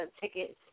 tickets